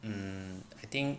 um I think